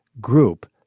group